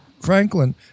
Franklin